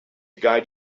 guide